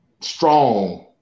strong